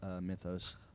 mythos